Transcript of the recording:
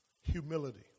humility